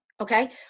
Okay